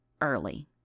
early